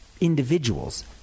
individuals –